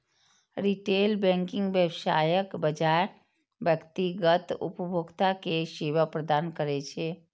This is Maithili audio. रिटेल बैंकिंग व्यवसायक बजाय व्यक्तिगत उपभोक्ता कें सेवा प्रदान करै छै